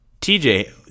TJ